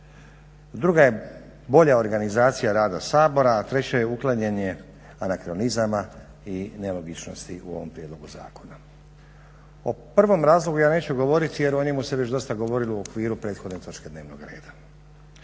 Druga je bolja organizacija rada Sabora, a treća je uklanjanje anakronizama i nelogičnosti u ovom prijedlogu zakona. O prvom razlogu ja neću govoriti jer o njemu se već dosta govorilo u okviru prethodne točke dnevnoga reda.